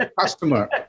customer